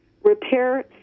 repair